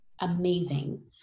amazing